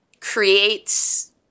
creates